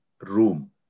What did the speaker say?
room